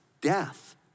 death